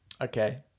Okay